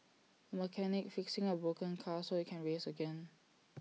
A mechanic fixing A broken car so IT can race again